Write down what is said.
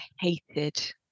hated